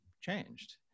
changed